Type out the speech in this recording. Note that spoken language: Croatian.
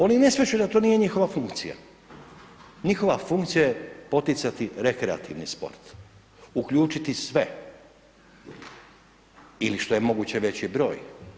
Oni ne shvaćaju da to nije njihova funkcija, njihova funkcija je poticati rekreativni sport, uključiti sve ili što je moguće veći broj.